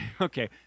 Okay